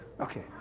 Okay